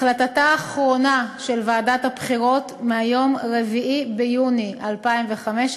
החלטתה האחרונה של ועדת הבחירות מ-4 ביוני 2015